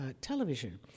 television